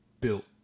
built